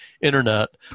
Internet